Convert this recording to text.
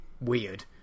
weird